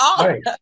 Right